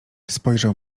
spojrzał